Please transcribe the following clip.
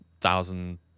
thousand